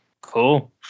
Cool